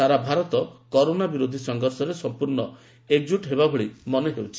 ସାରା Bharat corona ବିରୋଧୀ ସଂଘର୍ଷରେ ସମ୍ପର୍ଣ୍ଣ ଏକଜୁଟ୍ ହେବା ଭଳି ମନେହେଉଛି